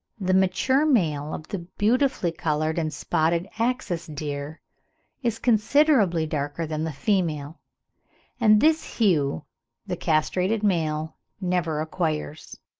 the mature male of the beautifully coloured and spotted axis deer is considerably darker than the female and this hue the castrated male never acquires.